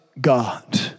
God